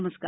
नमस्कार